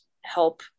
help